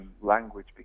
language